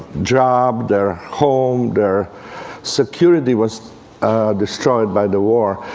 job, their home, their security was destroyed by the war.